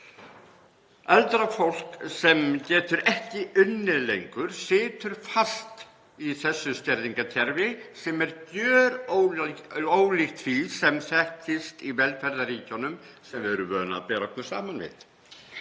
Eldra fólk sem getur ekki unnið lengur situr fast í þessu skerðingarkerfi sem er gjörólíkt því sem þekkist í velferðarríkjunum sem við erum vön að bera okkur saman við.